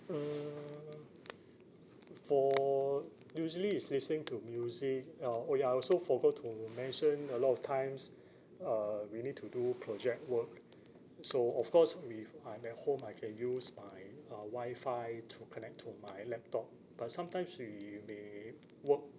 mm for usually it's listening to music uh oh ya I also forgot to mention a lot of times uh we need to do project work so of course if I'm at home I can use my uh wi-fi to connect to my laptop but sometimes we may work